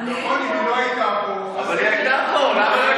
אם היא לא הייתה פה, אין, אבל היא הייתה פה.